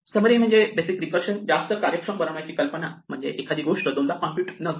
summary म्हणजे basic recursion जास्त कार्यक्षम बनवण्याची कल्पना म्हणजे एखादी गोष्ट दोनदा कॉम्प्युट न करणे